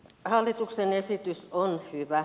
hallituksen esitys on hyvä